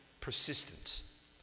persistence